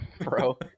bro